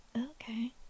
Okay